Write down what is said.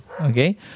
Okay